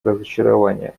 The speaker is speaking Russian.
разочарование